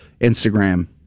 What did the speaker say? instagram